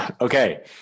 Okay